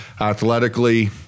athletically